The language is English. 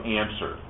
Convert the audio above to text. answer